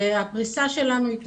הפריסה שלנו היא טובה.